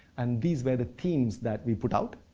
and these were the themes that we put out.